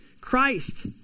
Christ